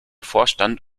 vorstand